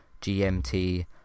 GMT